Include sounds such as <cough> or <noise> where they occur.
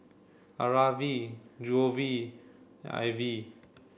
Aarav we <unintelligible> we at Ivie